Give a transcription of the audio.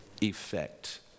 effect